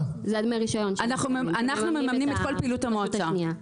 אנחנו מממנים את כל פעילות המועצה.